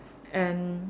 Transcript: and